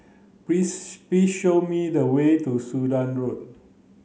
please please show me the way to Sudan Road